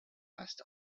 passed